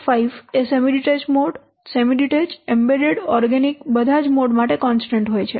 5 એ semi detached embedded organic બધા જ મોડ્સ માટે કોન્સ્ટન્ટ હોય છે